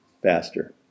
faster